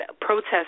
protests